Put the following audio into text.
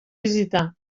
visitar